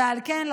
ועל כן,